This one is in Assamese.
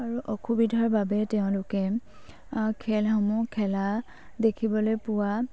আৰু অসুবিধাৰ বাবে তেওঁলোকে খেলসমূহ খেলা দেখিবলৈ পোৱা